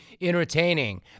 entertaining